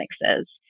mixes